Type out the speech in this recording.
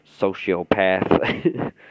sociopath